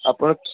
ଆପଣ